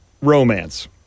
Romance